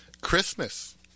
Christmas